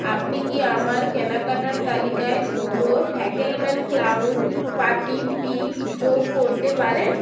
আপনি কি আমার কেনাকাটার তালিকায় দুটো ফ্যাকেলম্যান ক্লাউন পার্টি পিক যোগ করতে পারেন